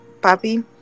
Papi